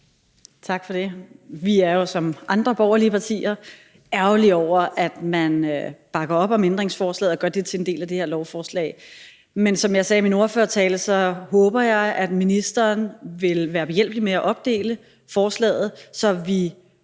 Tak for det. Vi er jo som andre borgerlige partier ærgerlige over, at man bakker op om ændringsforslaget og gør det til en del af det her lovforslag. Men som jeg sagde i min ordførertale, håber jeg, at ministeren vil være behjælpelig med at opdele forslaget, så vi